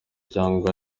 cyangwa